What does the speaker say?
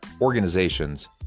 organizations